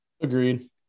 Agreed